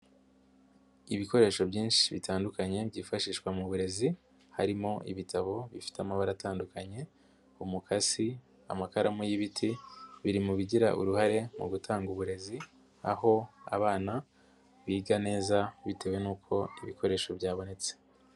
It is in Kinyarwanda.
Ibikoresho byinshi bitandukanye byifashishwa mu burezi, harimo ibitabo bifite amabara atandukanye, umukasi, n'amakaramu y'ibiti, biri mu bigira uruhare mu gutanga uburezi aho abana biga neza bitewe n'uko ibikoresho byabonetse.